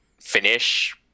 finish